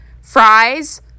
Fries